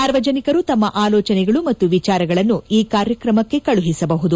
ಸಾರ್ವಜನಿಕರು ತಮ್ಮ ಆಲೋಚನೆಗಳು ಮತ್ತು ವಿಚಾರಗಳನ್ನು ಈ ಕಾರ್ಯಕ್ರಮಕ್ಕೆ ಕಳುಹಿಸಬಹುದು